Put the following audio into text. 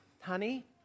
honey